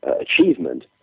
achievement